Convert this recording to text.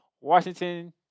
Washington